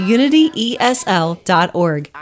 UnityESL.org